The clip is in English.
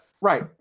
Right